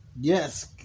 yes